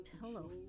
pillow